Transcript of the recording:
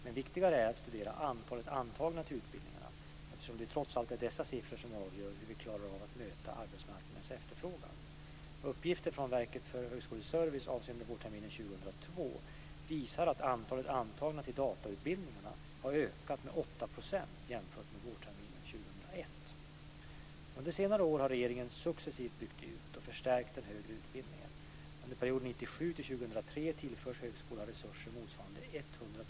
Men viktigare är att studera antalet antagna till utbildningarna, eftersom det ju trots allt är dessa siffror som avgör hur vi klarar av att möta arbetsmarknadens efterfrågan. Uppgifter från Verket för högskoleservice avseende vårterminen 2002 visar att antalet antagna till datautbildningarna har ökat med Under senare år har regeringen successivt byggt ut och förstärkt den högre utbildningen. Under perioden 100 000 nya högskoleplatser.